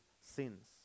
sins